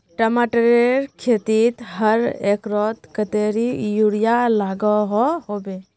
टमाटरेर खेतीत हर एकड़ोत कतेरी यूरिया लागोहो होबे?